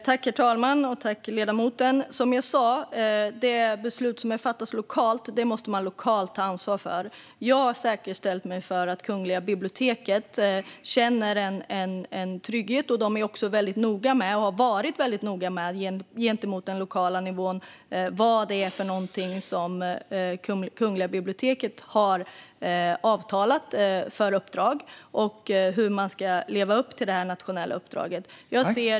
Herr talman! Tack, ledamoten! De beslut som fattas lokalt måste man som sagt ta ansvar för lokalt. Jag har försäkrat mig om att Kungliga biblioteket känner en trygghet. De är också noga med och har varit tydliga gentemot den lokala nivån vilket uppdrag som KB har avtalat om och hur man ska leva upp till det nationella uppdraget.